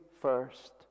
first